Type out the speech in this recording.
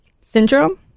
syndrome